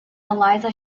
eliza